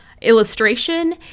illustration